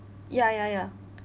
ya ya ya